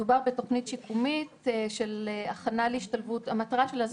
מדובר בתוכנית שיקומית שהמטרה שלה היא